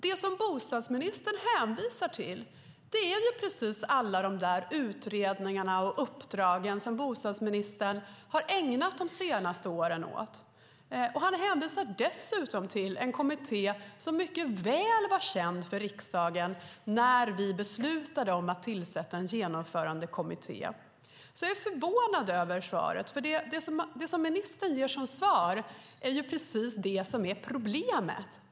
Det som bostadsministern hänvisar till är precis alla de utredningar och uppdragen som bostadsministern har ägnat de senaste åren åt. Han hänvisar dessutom till en kommitté som mycket väl var känd för riksdagen när vi beslutade om att tillsätta en genomförandekommitté. Jag är förvånad över svaret. Det som ministern ger som svar är precis det som är problemet.